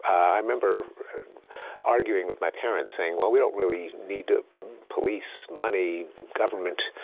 i remember arguing with my parents, saying, well, we don't really need ah police, money, government.